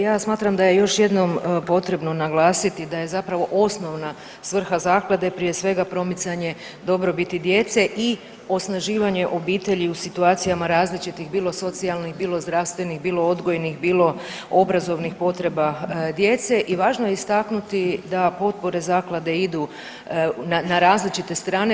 Ja smatram da je još jednom potrebno naglasiti da je zapravo osnovna svrha zaklade prije svega promicanje dobrobiti djece i osnaživanje obitelji u situacijama različitih bilo socijalnih, bilo zdravstvenih, bilo odgojnih, bilo obrazovnih potreba djece i važno je istaknuti da potpore zaklade idu na različite strane.